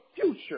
future